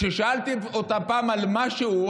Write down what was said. כששאלתי אותה פעם על משהו,